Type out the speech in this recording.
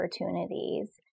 opportunities